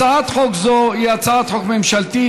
הצעת חוק זו היא הצעת חוק ממשלתית,